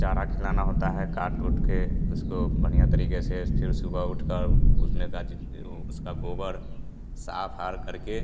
चारा खिलाना होता है काट ऊँट के उसको बढ़िया तरीके से फिर सुबह उठकर उसने गाजी उसका गोबर साफ हार करके